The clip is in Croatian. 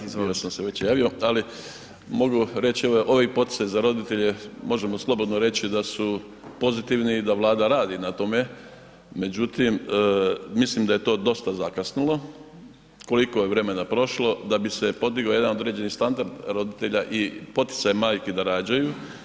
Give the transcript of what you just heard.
Bio sam se već javio, ali mogu reći ovi poticaji za roditelji možemo slobodno reći da su pozitivni i da Vlada radi na tome, međutim mislim da je to dosta zakasnulo, kliko je vremena prošlo da bi se podigo jedan određeni standard roditelja i poticaj majki da rađaju.